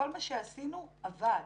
כל מה שעשינו עבד.